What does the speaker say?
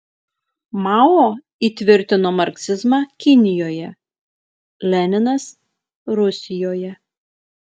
mao įtvirtino marksizmą kinijoje leninas rusijoje